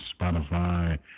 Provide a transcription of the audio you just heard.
Spotify